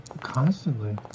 constantly